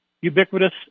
ubiquitous